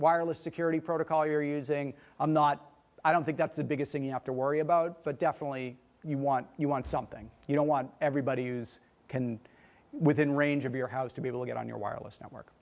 wireless security protocol you're using i'm not i don't think that's the biggest thing you have to worry about but definitely you want you want something you don't want everybody use can within range of your house to be able to get on your wireless network